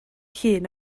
llun